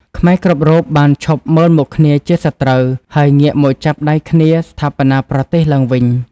ខ្មែរគ្រប់រូបបានឈប់មើលមុខគ្នាជាសត្រូវ ហើយងាកមកចាប់ដៃគ្នាស្ថាបនាប្រទេសឡើងវិញ។